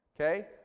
Okay